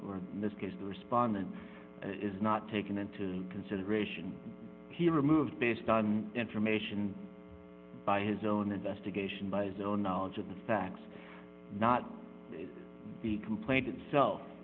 in this case the respondent is not taken into consideration he removed based on information by his own investigation by his own knowledge of the facts not the complaint itself